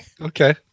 Okay